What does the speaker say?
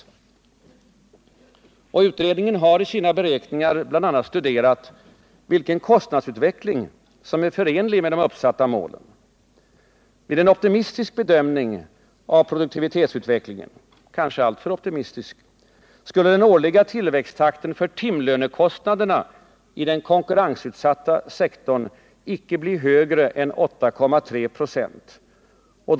Utredningen har i sina beräkningar bl.a. studerat vilken kostnadsutveckling som är förenlig med de uppsatta målen. Vid en optimistisk bedömning av produktivitetsutvecklingen — kanske alltför optimistisk — skulle den årliga tillväxttakten för timlönekostnaderna i den konkurrensutsatta sektorn icke bli högre än 8,3 26.